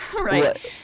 right